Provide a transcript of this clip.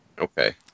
Okay